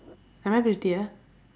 am I prettier